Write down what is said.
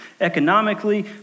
economically